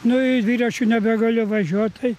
nu ir dviračiu nebegaliu važiuot tai